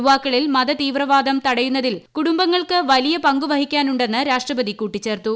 യുവാക്കളിൽ മതതീവ്രവാദം തടയുന്നതിൽ കുടുംബങ്ങൾക്ക് വലിയ പങ്കുവഹിക്കാനുണ്ടെന്ന് രാഷ്ട്രപതി കൂട്ടിച്ചേർത്തു